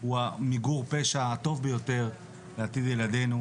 מיגור הפשע הטוב ביותר לעתיד ילדינו,